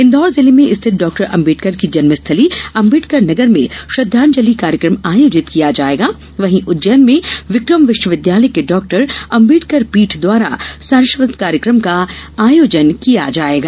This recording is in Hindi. इंदौर जिले में स्थित डाक्टर अंबेडकर की जन्मस्थली अंबेडकर नगर में श्रद्वांजलि कार्यक्रम आयोजित किया जायेगा वहीं उज्जैन में विक्रम विश्वविद्यालय के डाक्टर अंबेडकर पीठ द्वारा सारस्वत कार्यक्रम का आयोजन किया जायेगा